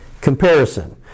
comparison